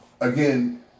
again